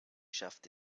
schafft